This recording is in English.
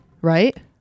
Right